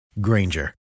Granger